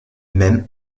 même